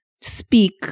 speak